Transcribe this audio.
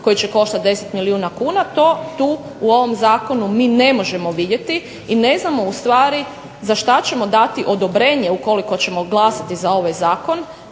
koji će koštati 10 milijuna kuna? To tu u ovom zakonu mi ne možemo vidjeti, i ne znamo ustvari za šta ćemo dati odobrenje ukoliko ćemo glasati za ovaj zakon,